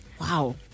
Wow